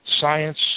science